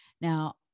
Now